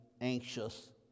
anxious